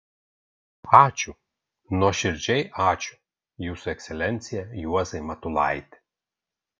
ačiū nuoširdžiai ačiū jūsų ekscelencija juozai matulaiti